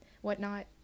whatnot